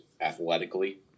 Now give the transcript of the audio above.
athletically